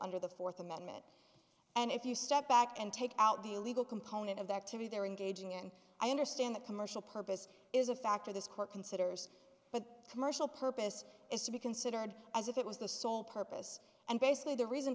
under the fourth amendment and if you step back and take out the legal component of the activity there in gauging and i understand that commercial purpose is a factor this court considers but commercial purpose is to be considered as if it was the sole purpose and basically the reason